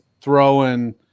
throwing